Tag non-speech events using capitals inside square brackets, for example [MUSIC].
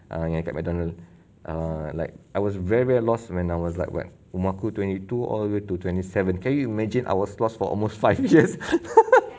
ah yang kat mcdonald's err like I was very very lost when I was like what umur aku twenty two all the way to twenty seven can you imagine I was lost for almost five years [LAUGHS]